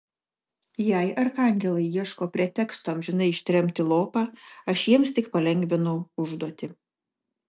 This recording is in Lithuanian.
jei arkangelai ieško preteksto amžinai ištremti lopą aš jiems tik palengvinu užduotį